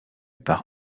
par